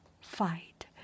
fight